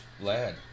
lad